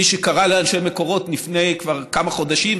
מי שקרא לאנשי מקורות לפני כבר כמה חודשים,